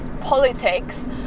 politics